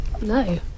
No